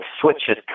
switches